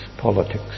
politics